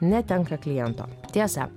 netenka kliento tiesa